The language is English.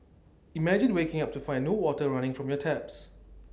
imagine waking up to find no water running from your taps